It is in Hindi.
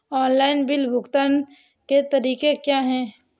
ऑनलाइन बिल भुगतान के तरीके क्या हैं?